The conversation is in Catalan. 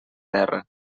terra